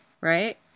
right